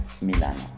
Milano